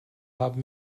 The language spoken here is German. haben